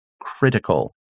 critical